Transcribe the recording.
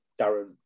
Darren